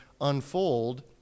unfold